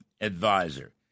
advisor